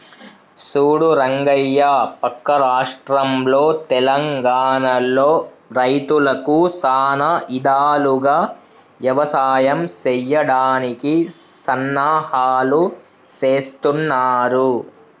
సూడు రంగయ్య పక్క రాష్ట్రంలో తెలంగానలో రైతులకు సానా ఇధాలుగా యవసాయం సెయ్యడానికి సన్నాహాలు సేస్తున్నారు